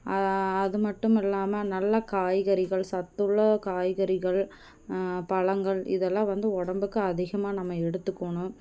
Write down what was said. அது மட்டும் இல்லாமல் நல்ல காய்கறிகள் சத்து உள்ள காய்கறிகள் பழங்கள் இதெல்லாம் வந்து உடம்புக்கு அதிகமாக நம்ம எடுத்துக்கணும்